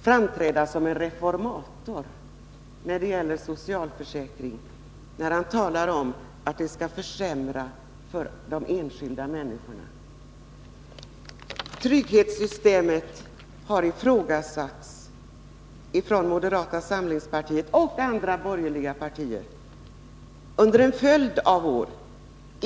framträda som en reformator när det gäller socialförsäkringen samtidigt som han talar om att man skall försämra för de enskilda människorna. Trygghetssystemet har ifrågasatts av moderata samlingspartiet och av andra borgerliga partier under en följd av år.